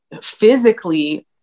physically